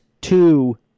two